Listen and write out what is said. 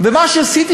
ומה שעשיתי,